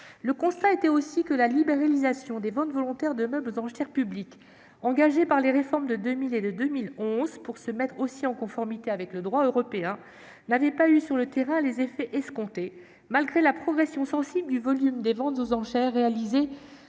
Le constat était aussi que la libéralisation des ventes volontaires de meubles aux enchères publiques engagée par les réformes de 2000 et de 2011 pour se mettre en conformité avec le droit européen n'avait pas eu sur le terrain les effets escomptés, malgré la progression sensible du volume des ventes aux enchères réalisées